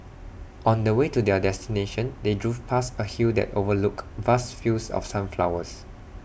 on the way to their destination they drove past A hill that overlooked vast fields of sunflowers